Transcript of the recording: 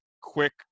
quick